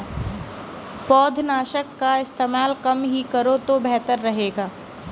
पौधनाशक का इस्तेमाल कम ही करो तो बेहतर रहेगा